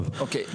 אני